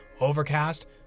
Overcast